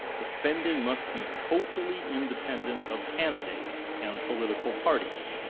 the spending must be totally independent of candidates and political parties,